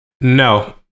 No